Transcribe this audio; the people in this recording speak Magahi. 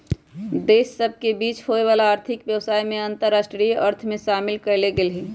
देश सभ के बीच होय वला आर्थिक व्यवसाय के अंतरराष्ट्रीय अर्थ में शामिल कएल गेल हइ